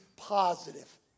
positive